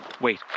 wait